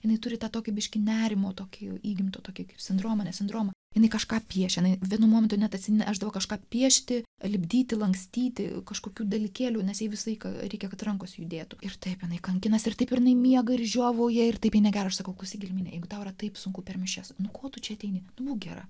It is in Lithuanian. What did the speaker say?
jinai turite tokį biškį nerimo tokijo įgimtų tokia bendruomenė sindromą jinai kažką piešia jinai vienu momentu net atsinešdavo kažką piešti lipdyti lankstyti kažkokių dalykėlių nes jai visą laiką reikia kad rankos judėtų ir taip jinai kankinasi ir taip ir miega ir žiovauja ir tai negelbsti kaukus gelminę juk tau taip sunku per mišias nu ko tu čia ateini tu būk gera